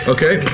Okay